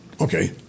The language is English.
okay